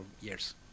years